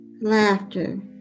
laughter